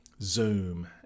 Zoom